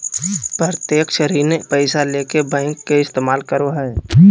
प्रत्यक्ष ऋण पैसा ले बैंक के इस्तमाल करो हइ